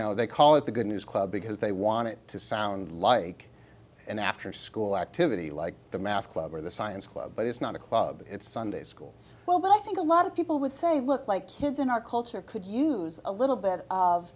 know they call it the good news club because they want it to sound like an after school activity like the math club or the science club but it's not a club it's sunday school well but i think a lot of people would say look like kids in our culture could use a little bit of